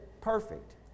perfect